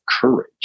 courage